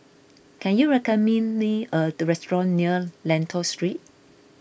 can you recommend me a restaurant near Lentor Street